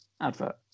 advert